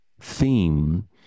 theme